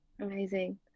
amazing